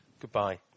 goodbye